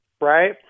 right